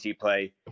play